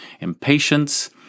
impatience